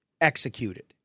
executed